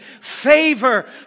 favor